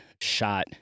shot